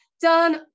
done